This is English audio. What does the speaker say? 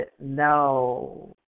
no